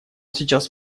сейчас